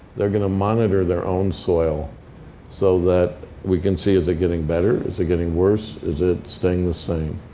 they're going to monitor their own soil so that we can see. is it getting better? is it getting worse? is it staying the same?